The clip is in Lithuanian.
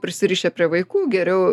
prisirišę prie vaikų geriau